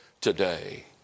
today